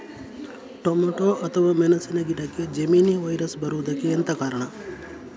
Tomato ಅಥವಾ ಮೆಣಸಿನ ಗಿಡಕ್ಕೆ ಜೆಮಿನಿ ವೈರಸ್ ಬರುವುದಕ್ಕೆ ಎಂತ ಕಾರಣ?